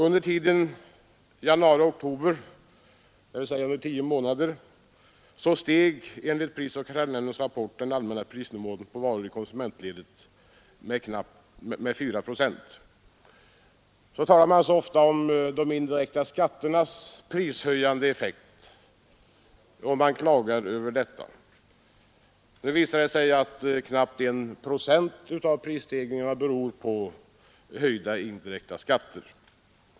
Under tiden januari—-oktober i år, dvs. under tio månader, steg enligt prisoch kartellnämndens rapport den allmänna prisnivån på varor i konsumentledet med 4 procent. Det talas så ofta om och klagas över de indirekta skatternas prishöjande effekt. Nu visar det sig att knappt 1 politiska åtgärder procent av prisstegringarna beror på höjda indirekta skatter.